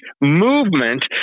movement